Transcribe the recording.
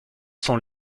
sont